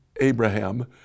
Abraham